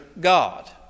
God